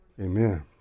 Amen